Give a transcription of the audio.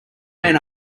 men